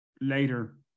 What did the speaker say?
later